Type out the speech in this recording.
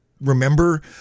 remember